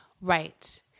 Right